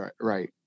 right